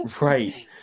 right